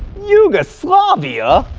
yugoslavia?